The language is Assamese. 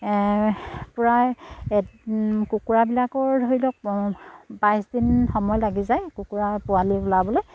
প্ৰায় কুকুৰাবিলাকৰ ধৰি লওক বাইছ দিন সময় লাগি যায় কুকুৰা পোৱালি ওলাবলৈ